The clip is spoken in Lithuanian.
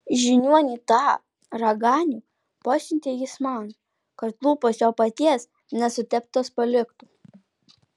žiniuonį tą raganių pasiuntė jis man kad lūpos jo paties nesuteptos paliktų